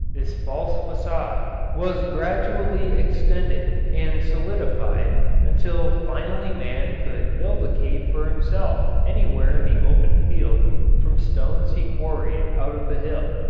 this false facade, was gradually extended and solidified until finally man could build a cave for himself anywhere in the open field from stones he quarried out of the hill.